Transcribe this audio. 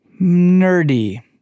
nerdy